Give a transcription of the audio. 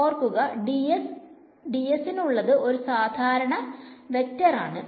ഓർക്കുക ds ന് ഉള്ളത് ഒരു സാധാരണ വെക്ടർ ആണ്